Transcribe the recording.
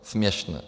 Směšné.